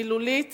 מילולית